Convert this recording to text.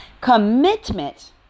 Commitment